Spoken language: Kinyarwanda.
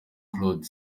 claude